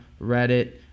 Reddit